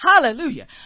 Hallelujah